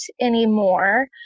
anymore